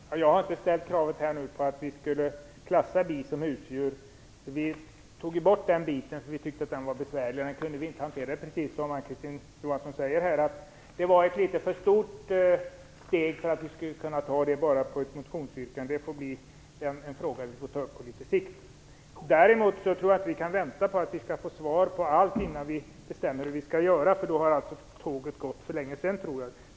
Fru talman! Jag har inte ställt krav på att bin skall klassas som husdjur. Vi tog bort den frågan eftersom vi tyckte att den var besvärlig. Precis som Ann Kristine Johansson säger var det ett för stort steg att ta att baseras enbart på ett motionsyrkande. Den frågan får behandlas på sikt. Däremot tror jag inte att vi kan vänta på att få svar på allt innan vi bestämmer hur vi skall göra. Då har tåget gått för länge sedan.